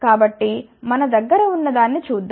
కాబట్టి మన దగ్గర ఉన్న దాన్ని చూద్దాం